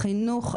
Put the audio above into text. חינוך,